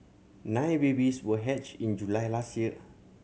nine babies were hatched in July last year